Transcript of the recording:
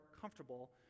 comfortable